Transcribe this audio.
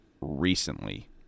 recently